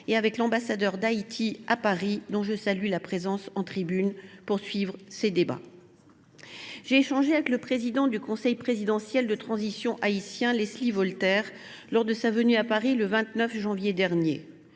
et l’ambassadeur d’Haïti à Paris, dont je salue la présence dans nos tribunes pour suivre nos discussions. J’ai échangé avec le président du conseil présidentiel de transition haïtien Leslie Voltaire, lors de sa venue à Paris le 29 janvier dernier.